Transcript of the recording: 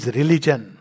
religion